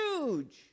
huge